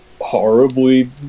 horribly